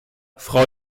frau